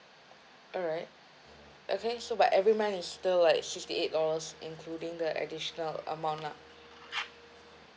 alright okay so but every month is still like sixty eight dollars including the additional amount lah